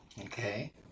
Okay